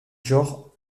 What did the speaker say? genre